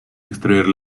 extraer